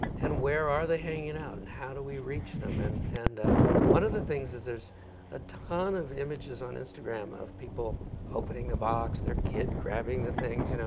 and where are they hanging out? and how do we reach them? and and one of the things is there's a ton of images on instagram of people opening a box, their kid grabbing the things. you know